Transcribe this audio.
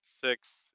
six